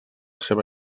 seva